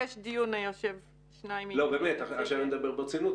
יש דיון --- עכשיו אני מדבר ברצינות.